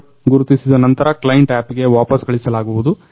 server ಗುರುತಿಸಿದ ನಂತರ client ಆಪ್ಗೆ ವಾಪಾಸ್ ಕಳಿಸಲಾಗುವುದು